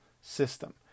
system